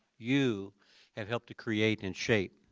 you have helped to create and shape.